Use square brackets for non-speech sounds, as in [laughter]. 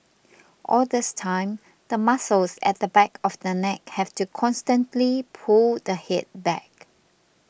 [noise] all this time the muscles at the back of the neck have to constantly pull the head back